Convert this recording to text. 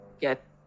get